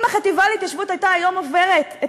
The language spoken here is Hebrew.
אם החטיבה להתיישבות הייתה היום עוברת את